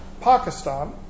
Pakistan